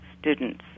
students